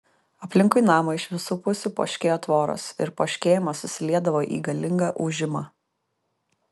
aplinkui namą iš visų pusių poškėjo tvoros ir poškėjimas susiliedavo į galingą ūžimą